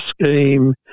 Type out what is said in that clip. scheme